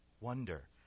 Wonder